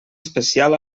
especial